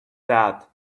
that